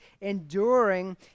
enduring